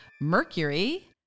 Mercury